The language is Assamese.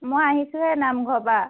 মই আহিছোঁহে নামঘৰৰ পৰা